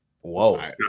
Whoa